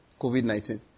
COVID-19